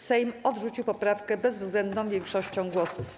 Sejm odrzucił poprawkę bezwzględną większością głosów.